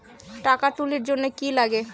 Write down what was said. টাকা তুলির জন্যে কি লাগে?